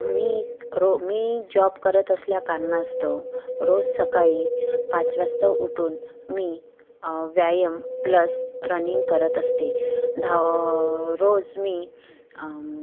मी रो मी जॉब करत असल्या कारणास्तव रोज सकाळी पाच वाजता उठून मी व्यायाम प्लस रनिंग करत असते धाव रोज मी